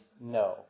no